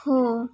हो